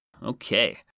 Okay